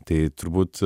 tai turbūt